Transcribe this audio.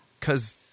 cause